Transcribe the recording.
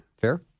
Fair